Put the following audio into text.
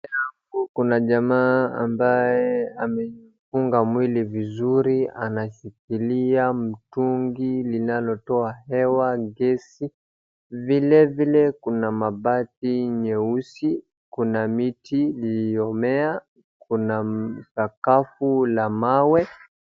Mbele yangu kuna jamaa ambaye amefunga mwili vizuri, anashikilia mtungi linalotoa hewa, gesi, vilevile kuna mabati nyeusi, kuna miti iliyomea, kuna sakafu la mawe.